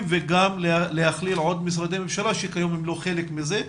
וגם להכליל עוד משרדי ממשלה שכיום הם לא חלק מזה,